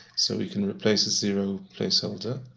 so we can replace zero placeholder